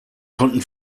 konnten